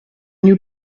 new